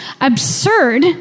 absurd